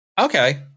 Okay